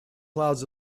clouds